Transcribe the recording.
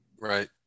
Right